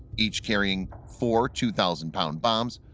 each carrying four two thousand lb. bombs,